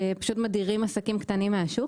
שפשוט מדירים עסקים קטנים מהשוק,